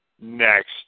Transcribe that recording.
next